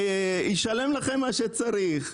שישלם לכם מה שצריך,